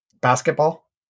basketball